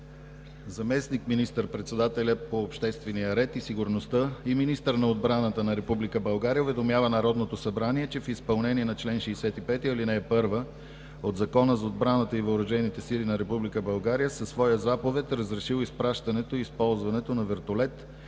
Заместник министър-председателят по обществения ред и сигурността и министър на отбраната на Република България уведомява Народното събрание, че в изпълнение на чл. 65, ал. 1 от Закона за отбраната и Въоръжените сили на Република България със своя заповед е разрешил изпращането и използването на вертолет